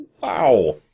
Wow